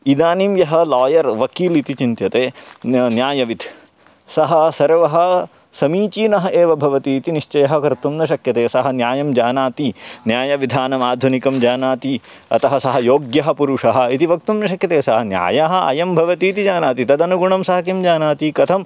इदानीं यः लायर् वकील् इति चिन्त्यते न्या न्यायविद् सः सर्वः समीचीनः एव भवति इति निश्चयः कर्तुं न शक्यते सः न्यायं जानाति न्यायविधानम् आधुनिकं जानाति अतः सः योग्यः पुरुषः इति वक्तुं न शक्यते सः न्यायः अयं भवति इति जानाति तदनुगुणं सः किं जानाति कथम्